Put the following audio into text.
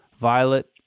violet